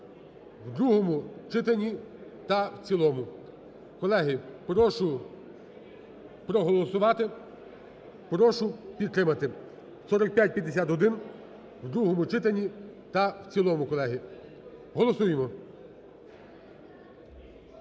в другому читанні та цілому. Колеги, прошу проголосувати, прошу підтримати 4551 в другому читанні та в цілому, колеги. Голосуємо!